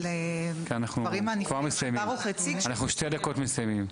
אנחנו שתי דקות מסיימים.